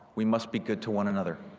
we must be good to one another.